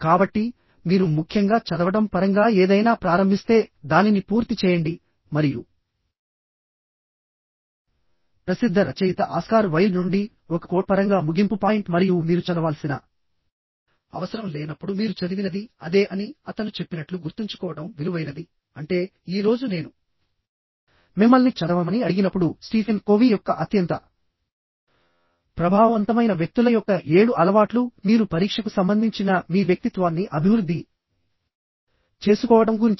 కాబట్టి మీరు ముఖ్యంగా చదవడం పరంగా ఏదైనా ప్రారంభిస్తే దానిని పూర్తి చేయండి మరియు ప్రసిద్ధ రచయిత ఆస్కార్ వైల్డ్ నుండి ఒక కోట్ పరంగా ముగింపు పాయింట్ మరియు మీరు చదవాల్సిన అవసరం లేనప్పుడు మీరు చదివినది అదే అని అతను చెప్పినట్లు గుర్తుంచుకోవడం విలువైనదిఅంటే ఈ రోజు నేను మిమ్మల్ని చదవమని అడిగినప్పుడుస్టీఫెన్ కోవీ యొక్క అత్యంత ప్రభావవంతమైన వ్యక్తుల యొక్క ఏడు అలవాట్లు మీరు పరీక్షకు సంబంధించిన మీ వ్యక్తిత్వాన్ని అభివృద్ధి చేసుకోవడం మీకు సంబంధితమని భావించి చదువుతారు